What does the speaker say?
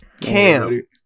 Cam